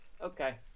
Okay